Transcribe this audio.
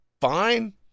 fine